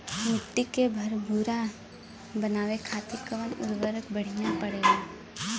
मिट्टी के भूरभूरा बनावे खातिर कवन उर्वरक भड़िया होखेला?